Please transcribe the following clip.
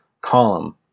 column